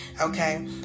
okay